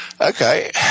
Okay